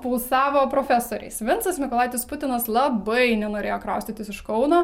pulsavo profesoriais vincas mykolaitis putinas labai nenorėjo kraustytis iš kauno